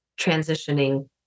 transitioning